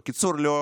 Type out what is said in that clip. בקיצור, לא,